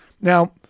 Now